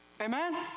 amen